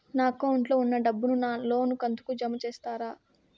నా అకౌంట్ లో ఉన్న డబ్బును నా లోను కంతు కు జామ చేస్తారా?